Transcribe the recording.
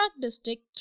District